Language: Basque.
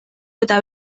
eta